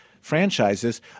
franchises